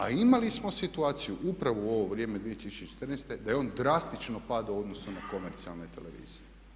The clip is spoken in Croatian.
A imali smo situaciju upravo u ovo vrijeme 2014. da je on drastično padao u odnosu na komercijalne televizije.